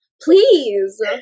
Please